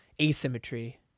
asymmetry